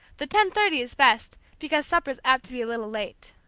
the ten-thirty is best, because supper's apt to be a little late.